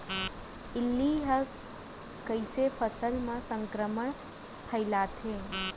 इल्ली ह कइसे फसल म संक्रमण फइलाथे?